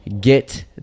Get